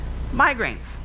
Migraines